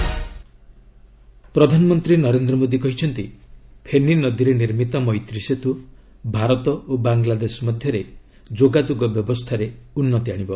PM Maitri Setu ପ୍ରଧାନମନ୍ତ୍ରୀ ନରେନ୍ଦ୍ର ମୋଦୀ କହିଛନ୍ତି ଫେନି ନଦୀରେ ନିର୍ମିତ ମୈତ୍ରୀ ସେତୁ ଭାରତ ଓ ବାଙ୍ଗଲାଦେଶ ମଧ୍ୟରେ ଯୋଗାଯୋଗ ବ୍ୟବସ୍ଥାରେ ଉନ୍ନତି ଆଣିବ